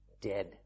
dead